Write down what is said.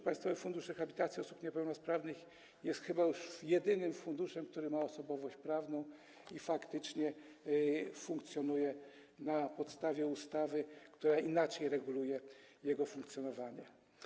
Państwowy Fundusz Rehabilitacji Osób Niepełnosprawnych jest chyba jedynym funduszem, który ma osobowość prawną i faktycznie działa na podstawie ustawy, która inaczej reguluje jego funkcjonowanie.